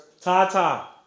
Tata